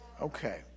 Okay